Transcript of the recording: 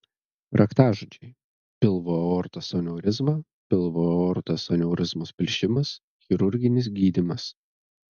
raktažodžiai pilvo aortos aneurizma pilvo aortos aneurizmos plyšimas chirurginis gydymas